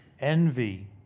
envy